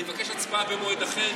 אני מבקש הצבעה במועד אחר,